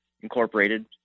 Incorporated